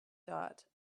dot